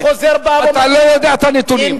אני חוזר, בא ואומר לך, אתה לא יודע את הנתונים.